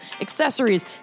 accessories